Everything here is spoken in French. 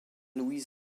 louis